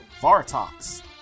Vartox